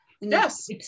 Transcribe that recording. Yes